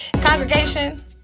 Congregation